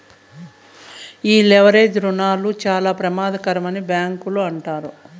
ఈ లెవరేజ్ రుణాలు చాలా ప్రమాదకరమని బ్యాంకులు అంటారు